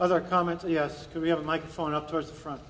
other comments yes we have a microphone up towards the